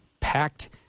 packed